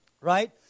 Right